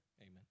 amen